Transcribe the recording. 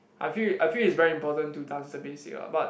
I feel I feel is very important to dance the basic lah but